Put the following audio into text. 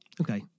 Okay